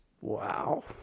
wow